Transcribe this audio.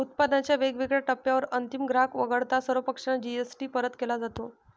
उत्पादनाच्या वेगवेगळ्या टप्प्यांवर अंतिम ग्राहक वगळता सर्व पक्षांना जी.एस.टी परत केला जातो